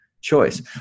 choice